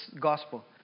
gospel